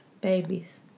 Babies